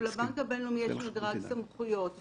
אנחנו ביקשנו לדעת איזה דוחות קיבלתם בנושאים האלה.